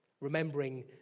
remembering